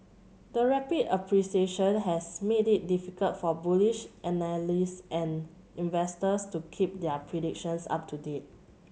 the rapid appreciation has made it difficult for bullish analysts and investors to keep their predictions up to date